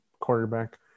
quarterback